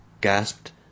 gasped